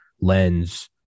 lens